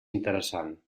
interessant